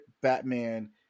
Batman